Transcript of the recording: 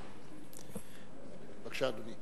בבקשה, אדוני.